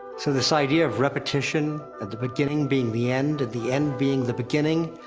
so, this idea of repetition, of the beginning being the end, and the end being the beginning.